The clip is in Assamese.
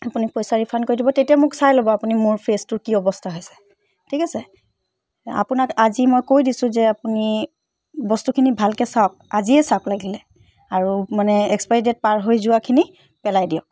আপুনি পইচা ৰিফাণ্ড কৰি দিব তেতিয়া মোক চাই ল'ব আপুনি মোৰ ফেচটোৰ কি অৱস্থা হৈছে ঠিক আছে আপোনাক আজি মই কৈ দিছোঁ যে আপুনি বস্তুখিনি ভালকৈ চাওক আজিয়ে চাওক লাগিলে আৰু মানে এক্সপাইৰী ডেট পাৰ হৈ যোৱাখিনি পেলাই দিয়ক